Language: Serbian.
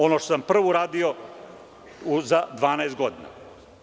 Ono što sam prvo uradio za 12 godina.